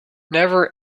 never